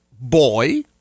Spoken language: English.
boy